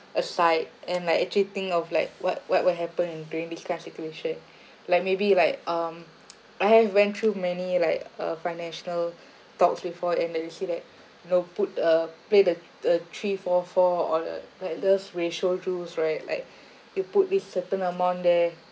aside and like actually think of like what what will happen in during this kind of situation like maybe like um I have went through many like uh financial talks before and uh you see that you know put a play the the three four four all the like those ratio rules right like you put this certain amount there